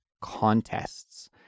contests